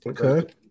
Okay